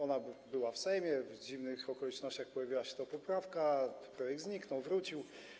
Ona była w Sejmie, w dziwnych okolicznościach pojawiła się poprawka, projekt zniknął, wrócił.